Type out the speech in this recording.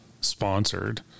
sponsored